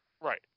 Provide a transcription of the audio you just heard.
Right